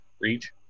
reach